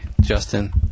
Justin